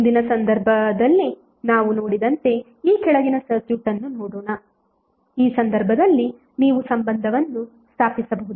ಹಿಂದಿನ ಸಂದರ್ಭದಲ್ಲಿ ನಾವು ನೋಡಿದಂತೆ ಈ ಕೆಳಗಿನ ಸರ್ಕ್ಯೂಟ್ ಅನ್ನು ನೋಡೋಣಈ ಸಂದರ್ಭದಲ್ಲಿ ನೀವು ಸಂಬಂಧವನ್ನು ಸ್ಥಾಪಿಸಬಹುದು